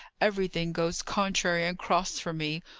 everything goes contrary and cross for me!